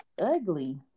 ugly